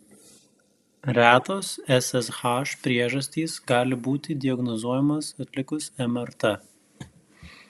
retos ssh priežastys gali būti diagnozuojamos atlikus mrt